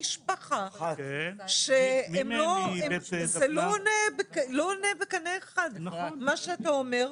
משפחה שזה לא עונה בקנה אחד עם ההרגשה שלהם מה שאתה אומר.